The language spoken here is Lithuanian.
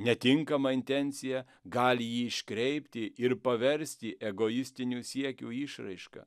netinkama intencija gali jį iškreipti ir paversti egoistinių siekių išraiška